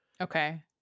Okay